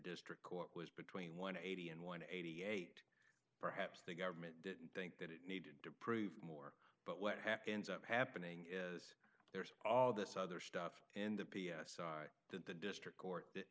district court was between one eighty and one eighty eight perhaps the government didn't think that it needed to prove more but what happens up happening is there's all this other stuff in the p s that the district court